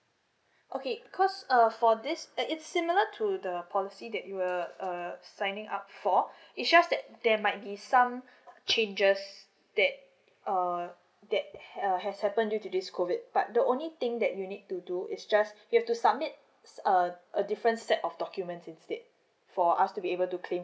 okay cause uh for this and it's similar to the policy that you were uh signing up for it's just that there might be some changes that uh that has uh has happened due to this COVID but the only thing that you need to do is just you to submit uh a different set of documents instead for us to be able to claim